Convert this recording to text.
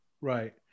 Right